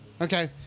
Okay